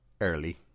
early